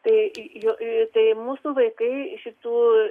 tai jo tai mūsų vaikai šitų